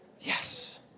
yes